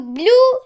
blue